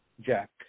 Jack